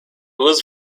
was